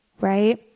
right